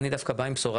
אני דווקא בא עם בשורה,